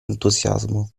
entusiasmo